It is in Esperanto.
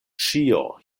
ĉio